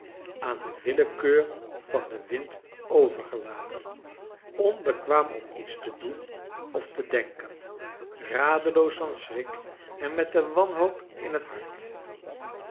aan de willekeur van den wind overgelaten onbekwaam om iets te doen of te denken radeloos van schrik en met de wanhoop in het hart